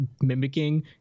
mimicking